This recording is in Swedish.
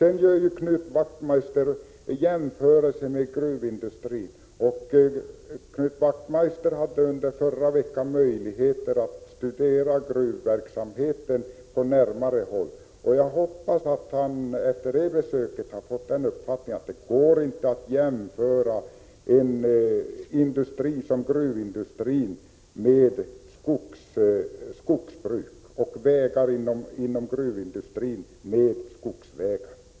Knut Wachtmeister gör jämförelser med gruvindustrin. Knut Wachtmeister hade under förra veckan möjlighet att studera gruvverksamheten på närmare håll. Jag hoppas att han efter det besöket har fått den uppfattningen att det inte går att jämföra en industri som gruvindustrin med skogsbruk eller vägar inom gruvindustrin med skogsvägar.